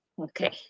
Okay